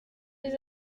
des